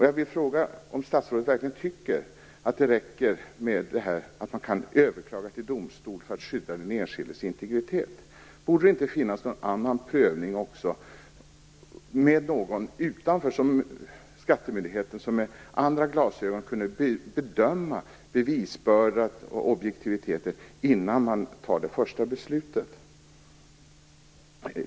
Jag vill fråga om statsrådet verkligen tycker att det räcker att man kan överklaga till domstol för att skydda den enskildes integritet. Borde det inte också finnas någon annan prövning av någon utanför skattemyndigheten som med andra ögon kunde bedöma bevisbördan och objektiviteten innan det första beslutet fattas.